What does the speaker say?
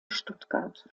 stuttgart